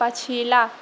पछिला